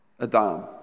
Adam